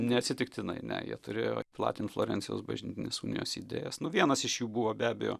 neatsitiktinai ne jie turėjo platint florencijos bažnytinės unijos idėjas nu vienas iš jų buvo be abejo